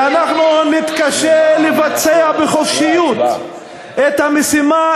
ואנחנו נתקשה לבצע בחופשיות את המשימה